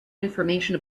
information